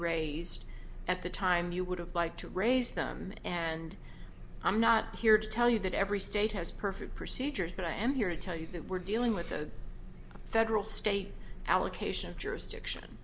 raised at the time you would have liked to raise them and i'm not here to tell you that every state has perfect procedures that i am here to tell you that we're dealing with a federal state allocation of jurisdiction